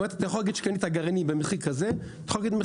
אתה יכול להגיד שקנית את הגרעינים במחיר כזה או כזה.